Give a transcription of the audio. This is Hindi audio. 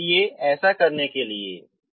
इसलिए ऐसा करने के लिए